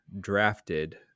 drafted